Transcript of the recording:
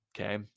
Okay